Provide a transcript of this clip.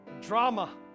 Drama